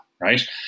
right